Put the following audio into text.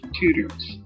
tutors